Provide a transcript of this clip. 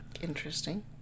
Interesting